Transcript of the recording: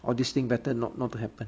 all these thing better not not to happen